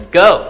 go